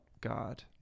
God